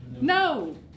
No